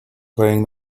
playing